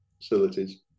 facilities